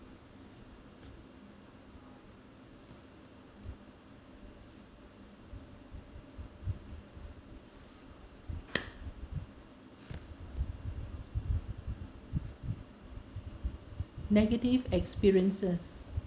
negative experiences